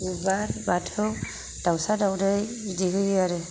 बिबार बाथौ दाउसा दाउदै बिदि होयो आरो